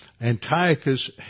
Antiochus